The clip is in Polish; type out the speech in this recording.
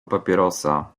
papierosa